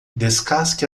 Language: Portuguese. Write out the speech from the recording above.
descasque